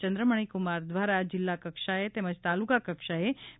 ચંદ્રમણીકુમાર દ્વારા જિલ્લા કક્ષાએ તેમજ તાલુકા કક્ષાએ તા